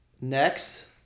Next